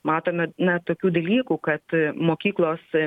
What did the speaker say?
matome na tokių dalykų kad mokyklos